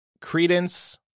Credence